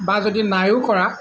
বা যদি নায়ো কৰা